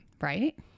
Right